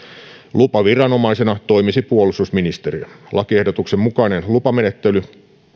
lupaviranomaisena toimisi puolustusministeriö lakiehdotuksen mukainen lupamenettely